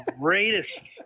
greatest